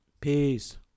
peace